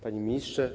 Panie Ministrze!